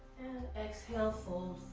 exhale, fold